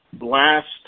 last